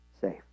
safe